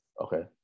Okay